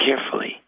carefully